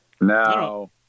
No